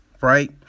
right